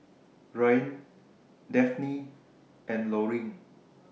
Rian Dafne and Loring